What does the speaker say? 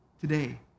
today